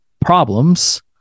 problems